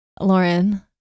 lauren